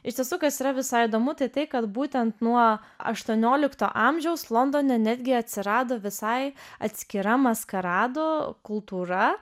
iš tiesų kas yra visai įdomu tai tai kad būtent nuo aštuoniolikto amžiaus londone netgi atsirado visai atskira maskaradų kultūra